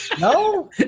No